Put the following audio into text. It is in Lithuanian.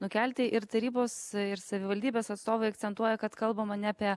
nukelti ir tarybos ir savivaldybės atstovai akcentuoja kad kalbama ne apie